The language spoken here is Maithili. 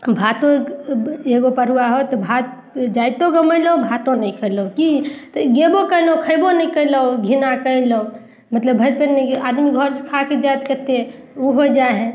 भातो एगो परुआ होत भात जाइतो गमेलौं भातो नहि खेलहुॅं की तऽ गेबो केलहुॅं खेबो नहि केलहुॅं घिनाके एलहुॅं मतलब भरि पेट आदमी घर से खाके जाएत कते ओ हो जाइ हइ